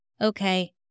Okay